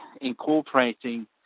incorporating